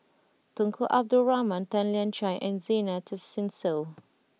Tunku Abdul Rahman Tan Lian Chye and Zena Tessensohn